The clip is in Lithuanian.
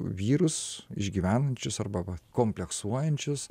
vyrus išgyvenančius arba vat kompleksuojančius